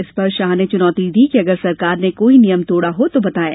इस पर शाह ने चुनौती दी कि अगर सरकार ने कोई नियम तोड़ा हो तो बताएं